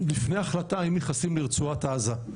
ולפני החלטה אם נכנסים לרצועת עזה,